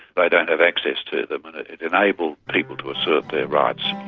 they don't have access to them, and it enabled people to assert their rights